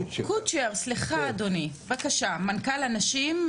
מנכ"ל אנש"ים,